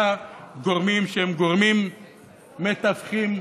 גורמים שהם גורמים מתווכים,